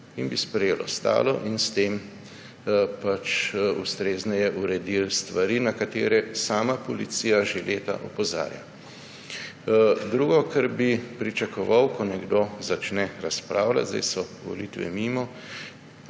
in bi sprejeli ostalo in s tem ustrezneje uredili stvari, na katere sama policija že leta opozarja. Drugo, kar bi pričakoval, ko nekdo začne razpravljati – zdaj so volitve mimo